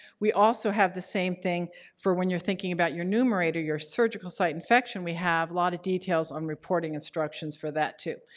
we also have the same thing for when you're thinking about your numerator, your surgical site infection. we have a lot of details on reporting instructions for that too.